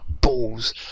Balls